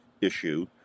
issue